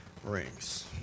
rings